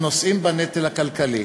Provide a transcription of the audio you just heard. שנושאים בנטל הכלכלי.